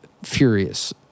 Furious